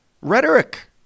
rhetoric